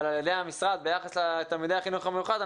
על ידי המשרד ביחס לתלמידי החינוך המיוחד,